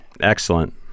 Excellent